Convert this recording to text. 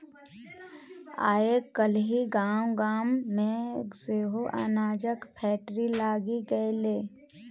आय काल्हि गाम गाम मे सेहो अनाजक फैक्ट्री लागि गेलै